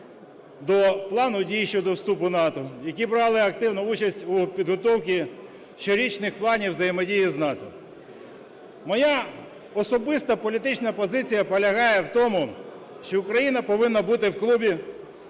до Плану дій щодо вступу в НАТО, які брали активну участь у підготовці щорічних планів взаємодії з НАТО. Моя особиста політична позиція полягає в тому, що Україна повинна бути в клубі